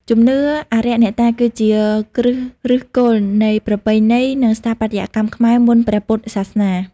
ជំនឿអារក្សអ្នកតា គឺជាគ្រឹះឫសគល់នៃប្រពៃណីនិងស្ថាបត្យកម្មខ្មែរមុនព្រះពុទ្ធសាសនា។